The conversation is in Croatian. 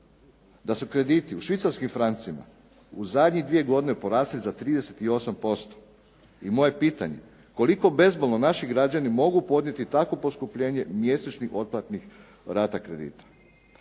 da su krediti u švicarskim francima u zadnjih dvije godine porasli za 38% i moje je pitanje koliko bezbolno naši građani mogu podnijeti takvo poskupljenje mjesečnih otplatnih rata kredita.